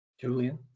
Julian